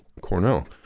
Cornell